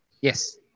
Yes